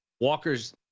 Walker's